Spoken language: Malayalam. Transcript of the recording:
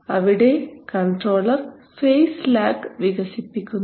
അവിടെ കൺട്രോളർ ഫേസ് ലാഗ് വികസിപ്പിക്കുന്നു